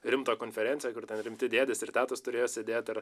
rimtą konferenciją kur ten rimti dėdės ir tetos turėjo sėdėt ir